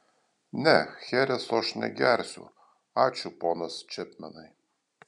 ne chereso aš negersiu ačiū ponas čepmenai